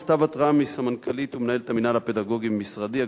מכתב התראה מסמנכ"לית ומנהלת המינהל הפדגוגי במשרדי,